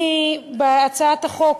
בהצעת החוק